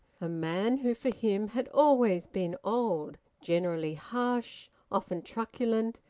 a man who for him had always been old, generally harsh, often truculent,